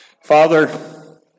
Father